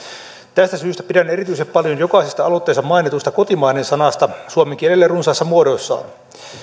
tästä syystä pidän erityisen paljon jokaisesta aloitteessa mainitusta kotimainen sanasta suomen kielen runsaissa muodoissaan